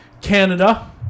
Canada